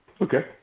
Okay